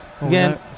Again